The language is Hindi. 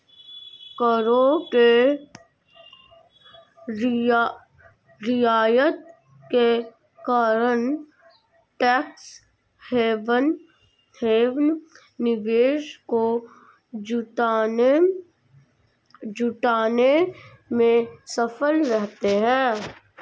करों के रियायत के कारण टैक्स हैवन निवेश को जुटाने में सफल रहते हैं